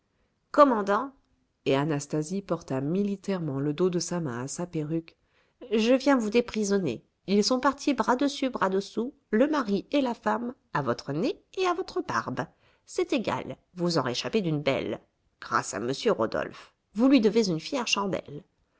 sa perruque je viens vous déprisonner ils sont partis bras dessus bras dessous le mari et la femme à votre nez et à votre barbe c'est égal vous en réchappez d'une belle grâce à m rodolphe vous lui devez une fière chandelle